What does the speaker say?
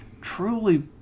truly